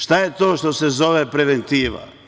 Šta je to što se zove preventiva?